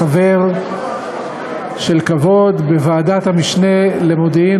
חבר של כבוד בוועדת המשנה למודיעין